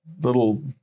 little